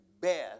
best